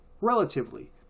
relatively